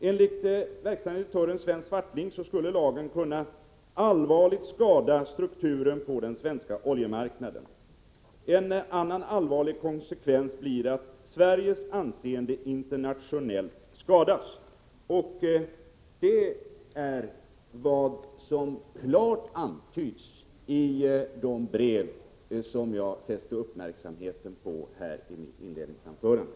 Enligt verkställande direktören Sven Swartling skulle lagen allvarligt kunna skada strukturen på den svenska oljemarknaden. En annan allvarlig konsekvens blir att Sveriges internationella anseende skadas. Det är också vad som klart antyds i de brev som jag fäste uppmärksamheten på i mitt inledningsanförande.